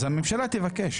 אז הממשלה תבקש.